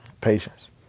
patience